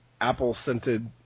apple-scented